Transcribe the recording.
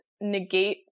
negate